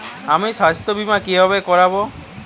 আমি স্বাস্থ্য বিমা কিভাবে করাব?